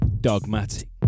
Dogmatic